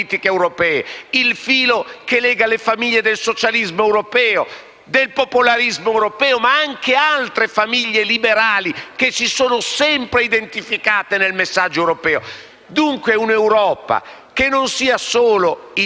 del popolarismo europeo ma anche altre famiglie liberali che si sono sempre identificate nel messaggio europeo. Dunque l'Europa non deve essere solo il Cerbero - a volte la posizione è scomoda ma è doverosa